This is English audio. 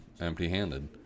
empty-handed